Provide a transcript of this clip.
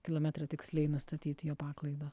kilometrą tiksliai nustatyt jo paklaidą